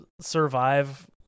survive